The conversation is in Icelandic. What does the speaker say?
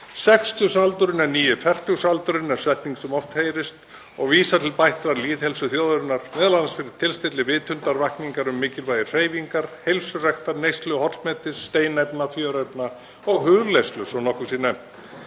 Sextugsaldurinn er nýi fertugsaldurinn er setning sem oft heyrist og vísar til bættrar lýðheilsu þjóðarinnar, m.a. fyrir tilstilli vitundarvakningar um mikilvægi hreyfingar, heilsuræktar, neyslu hollmetis, steinefna, fjörefna og hugleiðslu, svo nokkuð sé